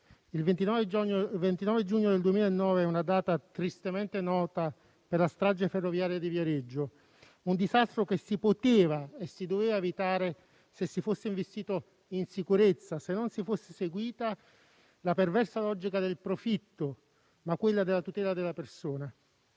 il 29 giugno 2009 è una data tristemente nota per la strage ferroviaria di Viareggio, un disastro che si poteva e si doveva evitare, se si fosse investito in sicurezza e se non si fosse seguita la perversa logica del profitto, anziché quella della tutela della persona.